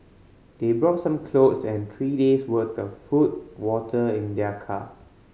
they brought some clothes and three days' worth the food water in their car